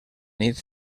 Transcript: nit